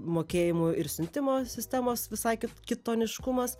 mokėjimų ir siuntimo sistemos visai kitoniškumas